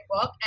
work